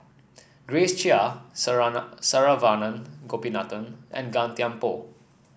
Grace Chia Saravanan Gopinathan and Gan Thiam Poh